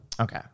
Okay